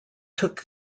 took